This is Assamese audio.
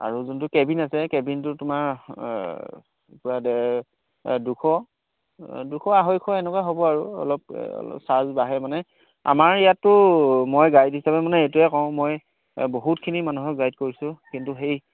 আৰু যোনটো কেবিন আছে কেবিনটো তোমাৰ পৰা দে দুশ দুশ আঢ়ৈশ এনেকুৱা হ'ব আৰু অলপ অলপ চাৰ্জ বাঢ়ে মানে আমাৰ ইয়াতো মই গাইড হিচাপে মানে এইটোৱে কওঁ মই বহুতখিনি মানুহক গাইড কৰিছোঁ কিন্তু সেই